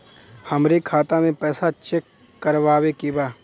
हमरे खाता मे पैसा चेक करवावे के बा?